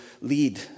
lead